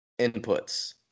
inputs